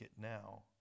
now